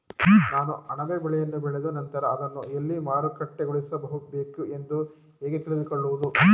ನಾನು ಅಣಬೆ ಬೆಳೆಯನ್ನು ಬೆಳೆದ ನಂತರ ಅದನ್ನು ಎಲ್ಲಿ ಮಾರುಕಟ್ಟೆಗೊಳಿಸಬೇಕು ಎಂದು ಹೇಗೆ ತಿಳಿದುಕೊಳ್ಳುವುದು?